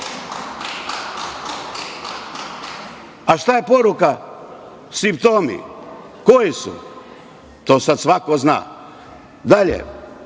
šta je poruka? Simptomi, koji su? To sada svako zna. Dalje,